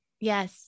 Yes